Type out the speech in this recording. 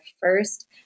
first